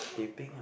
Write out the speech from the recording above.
teh peng ah